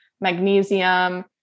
magnesium